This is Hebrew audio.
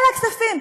אלה הכספים.